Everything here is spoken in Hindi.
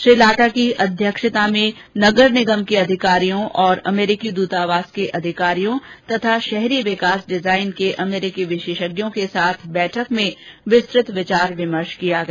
श्री लाटा की अध्यक्षता में नगर निगम के अधिकारियों और अमेरिकी दूतावास अधिकारियों तथा शहरी विकास डिजाईन के अमेरिकी विशेषज्ञों के साथ बैठक में विस्तृत विचार विमर्श किया गया